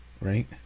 right